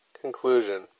Conclusion